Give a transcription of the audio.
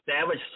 Savage